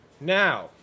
Now